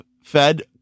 Fed